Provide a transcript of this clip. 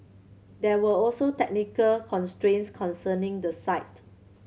there were also technical constraints concerning the site